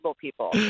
people